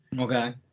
Okay